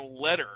letter